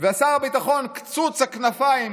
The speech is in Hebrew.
ושר הביטחון קצוץ הכנפיים,